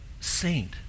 saint